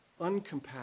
uncompassionate